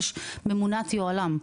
יש ממונת יוהל"ם.